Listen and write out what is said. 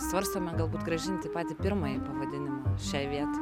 svarstėme galbūt grąžinti patį pirmąjį pavadinimą šiai vietai